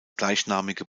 gleichnamige